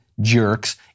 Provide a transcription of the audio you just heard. jerks